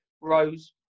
Rose